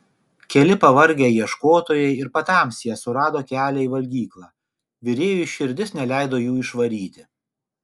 keli pavargę ieškotojai ir patamsyje surado kelią į valgyklą virėjui širdis neleido jų išvaryti